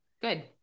good